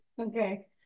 Okay